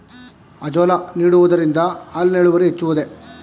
Azolla ನೀಡುವುದರಿಂದ ಹಾಲಿನ ಇಳುವರಿ ಹೆಚ್ಚುವುದೇ?